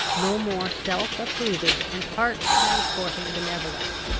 no more self-approving and heart-transporting benevolence!